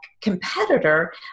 competitor